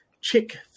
Chick